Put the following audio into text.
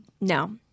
No